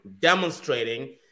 demonstrating